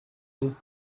and